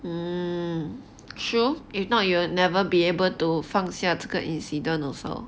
mm true if not you will never be able to 放下这个 incident also